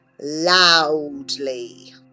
loudly